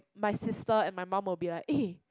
my sister and my mum will be like eh